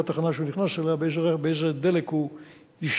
התחנה שהוא נכנס אליה באיזה דלק הוא ישתמש,